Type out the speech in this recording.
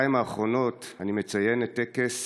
בשנתיים האחרונות אני מציין את טקס